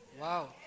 Wow